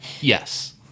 Yes